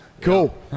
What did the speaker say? Cool